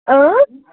اۭں